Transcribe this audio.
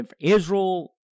Israel